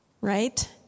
right